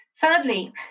Thirdly